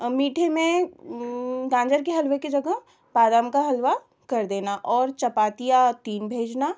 मीठे में गाजर के हलए के जगह बादाम का हलआ कर देना और चपातियाँ तीन भेजना